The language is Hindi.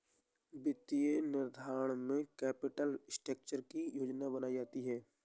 वित्तीय निर्धारण में कैपिटल स्ट्रक्चर की योजना बनायीं जाती है